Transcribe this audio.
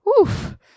Oof